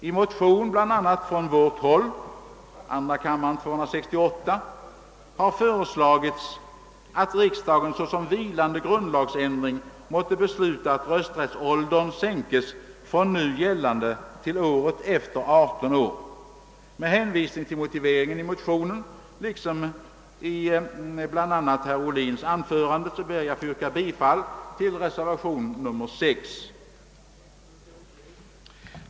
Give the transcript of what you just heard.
I motionsparet I: 211 och II: 268 har från vårt håll föreslagits att riksdagen måtte »besluta såsom vilande grundlagsändring att rösträttsåldern ——— sänks från nu gällande till året efter uppnådda 18 år». Med hänvisning till den motivering som anförts i motionerna liksom i bl.a. herr Ohlins anförande ber jag att få yrka bifall till reservationen 6.